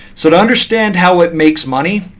so to understand how it makes money,